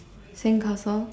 sandcastle